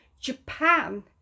Japan